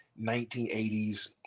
1980s